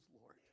Lord